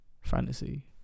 fantasy